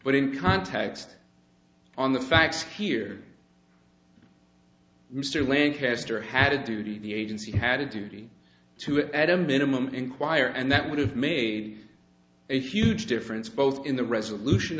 but in context on the facts here mr lancaster had a duty the agency had a duty to at a minimum inquire and that would have me if huge difference both in the resolution